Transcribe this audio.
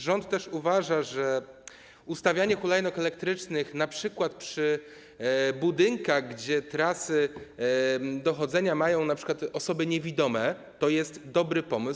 Rząd uważa też, że ustawianie hulajnóg elektrycznych np. przy budynkach, gdzie trasy do chodzenia mają np. osoby niewidome, to jest dobry pomysł.